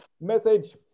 message